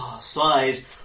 Size